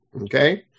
okay